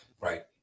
Right